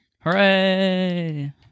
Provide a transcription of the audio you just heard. Hooray